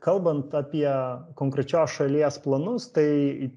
kalbant apie konkrečios šalies planus tai